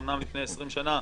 אומנם לפני 20 שנה,